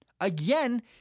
Again